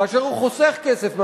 כאשר הוא חוסך כסף מהמדינה.